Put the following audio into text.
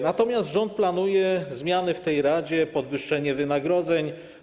Natomiast rząd planuje zmiany w tej radzie, podwyższenie wynagrodzeń.